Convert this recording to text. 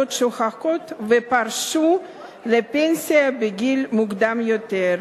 בעבודות שוחקות ופרשו לפנסיה בגיל מוקדם יותר.